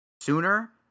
sooner